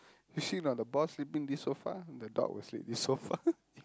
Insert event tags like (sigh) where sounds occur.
you see or not the boss sleeping this sofa the dog will sleep this sofa (laughs)